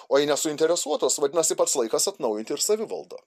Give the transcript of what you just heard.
o jei nesuinteresuotos vadinasi pats laikas atnaujinti ir savivaldą